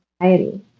anxiety